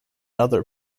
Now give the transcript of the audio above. other